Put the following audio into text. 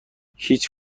هیچ